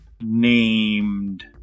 named